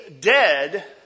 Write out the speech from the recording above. dead